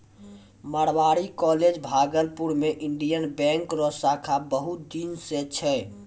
Marwari college Bhagalpur मे Indian bank रो शाखा बहुत दिन से छै